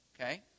Okay